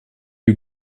you